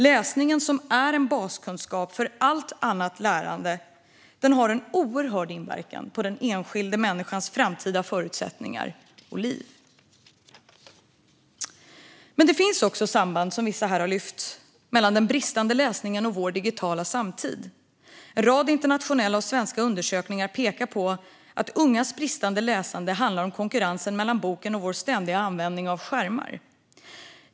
Läsningen, som är en baskunskap för allt annat lärande, har en oerhörd inverkan på den enskilda människans framtida förutsättningar och liv. Men det finns också, som vissa här har lyft, samband mellan den bristande läsningen och vår digitala samtid. En rad internationella och svenska undersökningar pekar på att ungas bristande läsande handlar om konkurrensen mellan boken och de skärmar vi ständigt använder.